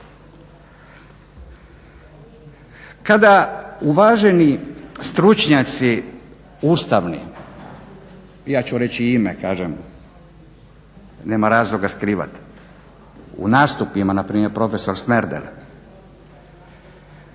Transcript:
Kada uvaženi stručnjaci ustavni, ja ću reći i ime kažem nema razloga skrivati, u nastupima na primjer prof. Smerdel